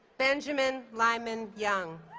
benjamin lyman young